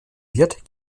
wird